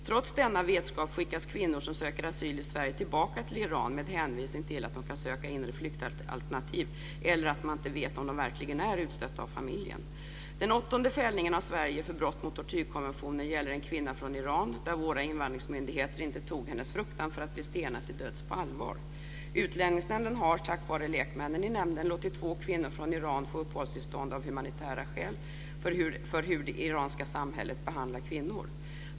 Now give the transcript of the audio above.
Trots denna vetskap skickas kvinnor som söker asyl i Sverige tillbaka till Iran med hänvisning till att de kan söka inre flyktalternativ eller att man inte vet om de verkligen är utstötta av familjen. Den åttonde fällningen av Sverige för brott mot tortyrkonventionen gäller en kvinna från Iran, där våra invandringsmyndigheter inte tog hennes fruktan för att bli stenad till döds på allvar. Utlänningsnämnden har, tack vare lekmännen i nämnden, låtit två kvinnor från Iran få uppehållstillstånd av humanitära skäl med tanke på hur det iranska samhället behandlar kvinnor.